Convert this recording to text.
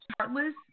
heartless